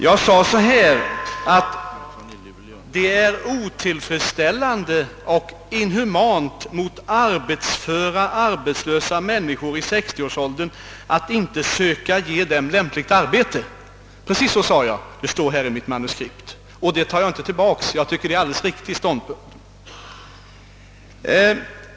Jag sade att det är otillfredsställande och inhumant mot arbetsföra arbetslösa människor i 60 årsåldern att inte söka ge dem lämplig meningsfylld sysselsättning. Precis så sade jag; det står här i mitt manuskript, och det tar jag inte tillbaka, Jag tycker det är en alldeles riktig ståndpunkt.